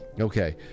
Okay